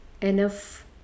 enough